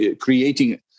creating